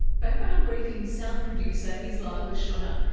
background briefing's sound producer is leila shunnar,